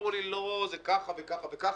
אמרו לי: "לא, זה ככה וככה וככה".